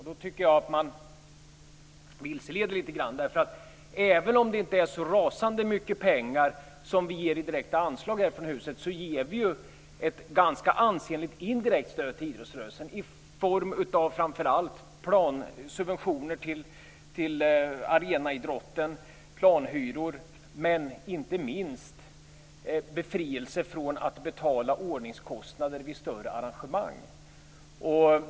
Då tycker jag att man vilseleder litet grand. Även om det inte är så rasande mycket pengar som vi ger i direkta anslag här ifrån huset ger vi ju ett ganska ansenligt stöd till idrottsrörelsen i form framför allt av subventioner till arenaidrotten. Det gäller planhyror och inte minst befrielse från att betala ordningskostnader vid större engagemang.